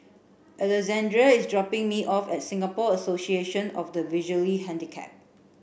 Alexandre is dropping me off at Singapore Association of the Visually Handicapped